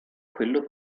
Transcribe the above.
quello